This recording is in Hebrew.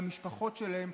למשפחות שלהם,